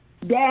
Dad